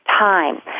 time